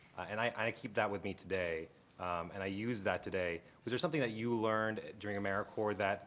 and i keep that with me today and i use that today. was there something that you learned during americorps that